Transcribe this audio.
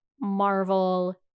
Marvel